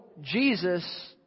Jesus